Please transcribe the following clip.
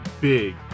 big